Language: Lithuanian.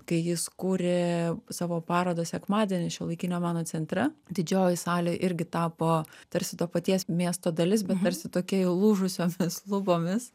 kai jis kūrė savo parodą sekmadienį šiuolaikinio meno centre didžioji salė irgi tapo tarsi to paties miesto dalis bet tarsi tokia įlūžusiomis lubomis